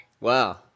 Wow